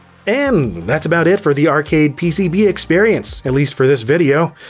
and that's about it for the arcade pcb experience, at least for this video!